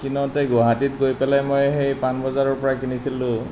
কিনোতে গুৱাহাটীত গৈ পেলাই মই সেই পাণবজাৰৰ পৰা কিনিছিলোঁ